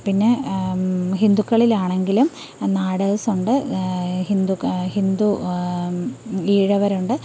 പിന്നെ ഹിന്ദുക്കളിലാണെകിലും നാടാഴ്സുണ്ട് ഹിന്ദു ഈഴവരുണ്ട്